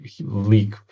leak